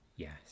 Yes